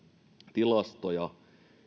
tilastoja